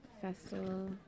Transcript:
festival